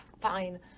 Fine